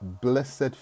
blessed